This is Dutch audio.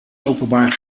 openbaar